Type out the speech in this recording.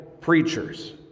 preachers